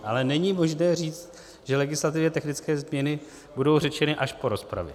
Ale není možné říct, že legislativně technické změny budou řečeny až po rozpravě.